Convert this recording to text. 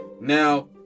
now